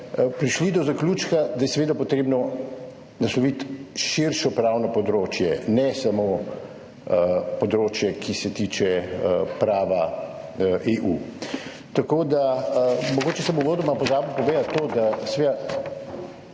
prišli do zaključka, da je seveda potrebno nasloviti širšo pravno področje, ne samo področja, ki se tiče prava EU. Mogoče sem uvodoma pozabil povedati to, da je